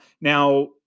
Now